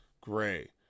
Gray